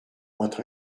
what